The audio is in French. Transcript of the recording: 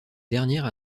dernière